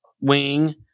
wing